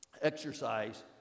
exercise